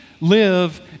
live